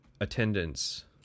attendance